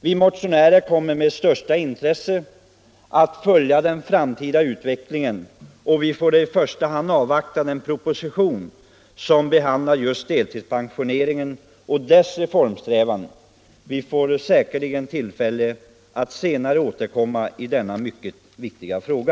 Vi motionärer kommer att med största intresse följa den framtida utvecklingen, och vi får i första hand avvakta den proposition som behandlar just deltidspensioneringen och reformsträvandena där. Vi får säkerligen tillfälle att senare återkomma i denna mycket viktiga fråga.